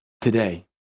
today